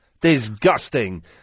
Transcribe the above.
Disgusting